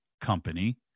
company